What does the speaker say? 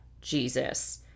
Jesus